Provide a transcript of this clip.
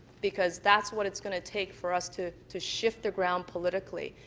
because that's what it's going to take for us to to shift the ground politically.